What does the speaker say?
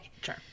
Sure